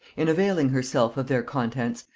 in availing herself of their contents,